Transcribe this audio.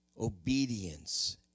Obedience